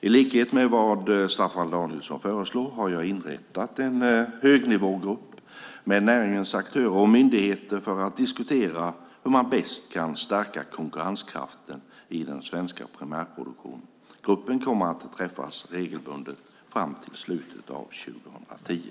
I likhet med vad Staffan Danielsson föreslår har jag inrättat en högnivågrupp med näringens aktörer och myndigheter för att diskutera hur man bäst kan stärka konkurrenskraften i den svenska primärproduktionen. Gruppen kommer att träffas regelbundet fram till slutet av 2010.